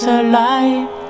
alive